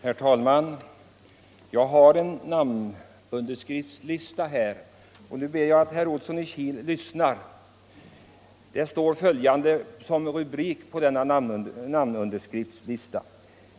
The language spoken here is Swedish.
Herr talman! Jag har en namnunderskriftslista här, och nu ber jag att herr Olsson i Kil lyssnar. Det står följande som rubrik på denna namnunderskriftslista: